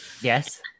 Yes